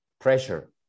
pressure